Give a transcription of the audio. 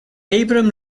abraham